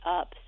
up